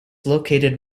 located